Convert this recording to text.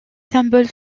symboles